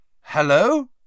Hello